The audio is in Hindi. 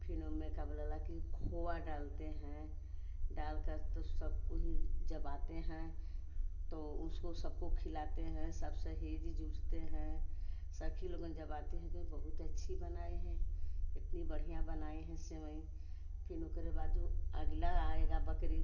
फिर ओमे का बोला ला कि खोया डालते हैं डालकर तो सबको ही जब आते हैं तो उसको सबको खिलाते हैं सब सहेली जूझते हैं सखी लोगन जब आती हैं कहीं बहुत अच्छी बनाए हैं एतनी बढ़िया बनाई हैं सेवईं फिन ओकरे बाद ऊ अगला आएगा बकरीद